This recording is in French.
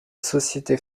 société